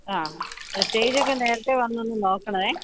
അ സ്റ്റേജൊക്കെ നേരത്തെ വന്നൊന്ന് നോക്കണേ